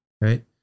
right